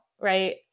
right